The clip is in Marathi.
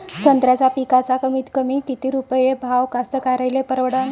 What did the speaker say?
संत्र्याचा पिकाचा कमीतकमी किती रुपये भाव कास्तकाराइले परवडन?